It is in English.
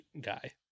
guy